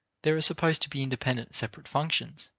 there are supposed to be independent separate functions,